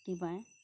কি পাৰে